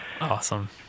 awesome